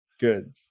good